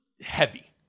heavy